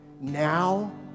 Now